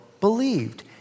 believed